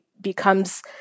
becomes